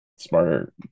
smarter